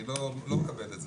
אני לא מקבל את זה,